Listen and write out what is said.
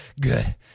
Good